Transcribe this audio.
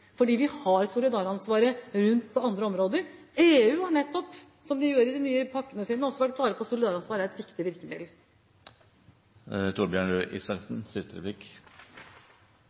vi har solidaransvar på andre områder. EU har nettopp, som de gjør i de nye pakkene sine, også vært klare på at solidaransvar er et viktig virkemiddel.